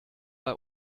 bei